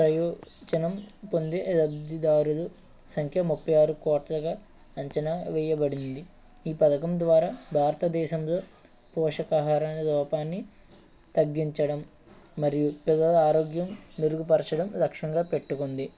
ప్రయోజనం పొందే లబ్ధిదారులు సంఖ్య ముప్పై ఆరు కోట్లగా అంచనా వేయబడింది ఈ పథకం ద్వారా భారత దేశంలో పోషకాహార లోపాన్ని తగ్గించడం మరియు పిల్లల ఆరోగ్యం మెరుగుపరచడం లక్ష్యంగా పెట్టుకుంది